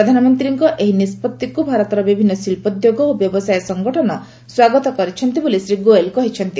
ପ୍ରଧାନମନ୍ତ୍ରୀଙ୍କ ଏହି ନିଷ୍ପଭିକୁ ଭାରତର ବିଭିନ୍ନ ଶିଳ୍ପୋଦ୍ୟୋଗ ଓ ବ୍ୟବସାୟ ସଙ୍ଗଠନ ସ୍ୱାଗତ କରିଛନ୍ତି ବୋଲି ଶ୍ରୀ ଗୋୟଲ୍ କହିଛନ୍ତି